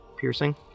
piercing